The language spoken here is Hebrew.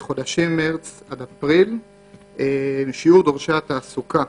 שבחודשים מרס-אפריל הוי 2,400 פניות של עסקים